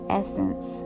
essence